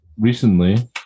recently